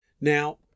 Now